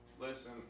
Listen